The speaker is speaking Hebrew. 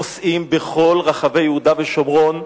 נוסעים בכל רחבי יהודה ושומרון,